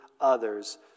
others